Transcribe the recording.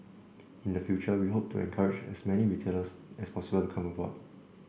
in the future we hope to encourage as many retailers as possible to come on board